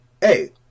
hey